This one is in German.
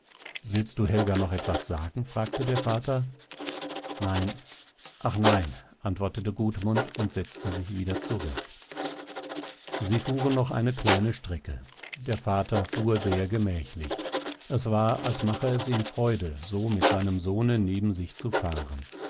willst du helga noch etwas sagen fragte der vater nein ach nein antwortete gudmund und setzte sich wieder zurecht sie fuhren noch eine kleine strecke der vater fuhr sehr gemächlich es war als mache es ihm freude so mit seinem sohne neben sich zu fahren